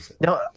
no